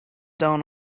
down